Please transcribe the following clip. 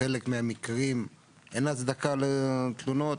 בחלק מהמקרים אין הצדקה לתלונות,